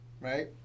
right